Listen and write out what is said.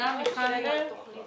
הם לא עמדו בתנאי סף.